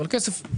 אבל כסף,